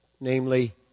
Namely